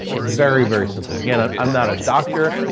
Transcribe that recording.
very, very simple. again, i'm i'm not a doctor.